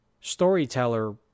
storyteller